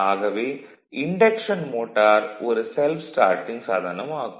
ஆகவே induction motor ஒரு self starting சாதனம் ஆகும்